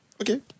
Okay